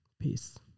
Peace